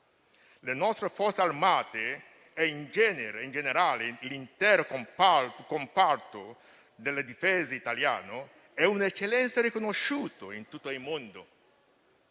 Le nostre Forze armate e in generale l'intero comparto della difesa italiano sono un'eccellenza riconosciuta in tutto il mondo,